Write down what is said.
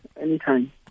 anytime